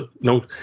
no